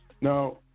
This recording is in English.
Now